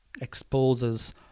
exposes